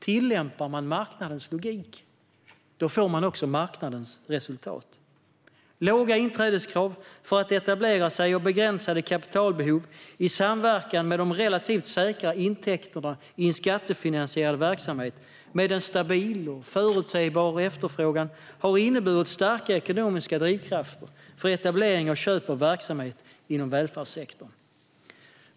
Tillämpar man marknadens logik får man också marknadens resultat. Låga inträdeskrav för att etablera sig och begränsade kapitalbehov i samverkan med de relativt säkra intäkterna i en skattefinansierad verksamhet med en stabil och förutsägbar efterfrågan har inneburit starka ekonomiska drivkrafter för etablering och köp av verksamhet inom välfärdssektorn.